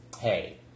hey